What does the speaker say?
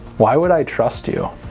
why would i trust you?